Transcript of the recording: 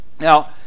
Now